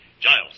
Giles